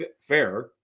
fair